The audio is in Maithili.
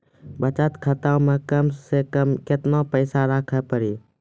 बचत खाता मे कम से कम केतना पैसा रखे पड़ी?